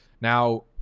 Now